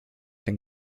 den